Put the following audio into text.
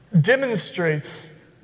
demonstrates